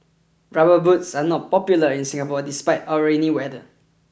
rubber boots are not popular in Singapore despite our rainy weather